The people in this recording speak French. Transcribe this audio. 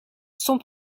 sont